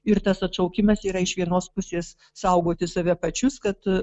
ir tas atšaukimas yra iš vienos pusės saugoti save pačius kad